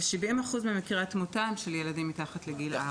וכ-70% ממקרי התמותה הם של ילדים מתחת לגיל ארבע.